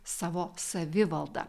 savo savivaldą